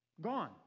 Gone